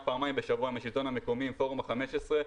פעמיים בשבוע עם השלטון המקומי ופורום ה-15,